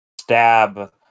stab